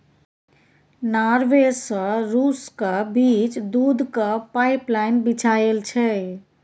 Norway सँ रुसक बीच दुधक पाइपलाइन बिछाएल छै